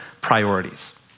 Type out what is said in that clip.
priorities